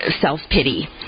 Self-pity